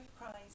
Christ